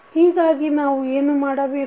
ಹೀಗಾಗಿ ನಾವು ಏನು ಮಾಡಬೇಕು